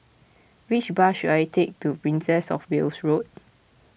which bus should I take to Princess of Wales Road